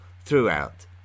throughout